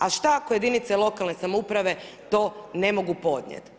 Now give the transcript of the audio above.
A šta ako jedinice lokalne samouprave to ne mogu podnijeti?